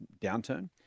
downturn